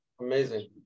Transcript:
Amazing